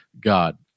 God